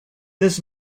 this